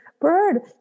bird